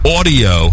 audio